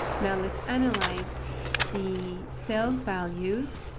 now, let's analyze the sales values